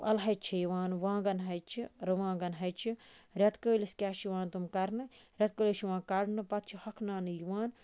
اَلہٕ ہَچہِ چھِ یِوان وانٛگَن ہَچہِ رُوانٛگَن ہَچہِ ریٚتکٲلِس کیاہ چھُ یِوان تِم کَرنہٕ ریٚتکٲلِس چھ یِوان کَڑنہٕ پَتہٕ چھ ہۄکھناونہٕ یِوان